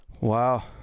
wow